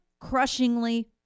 crushingly